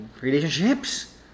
Relationships